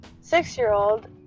six-year-old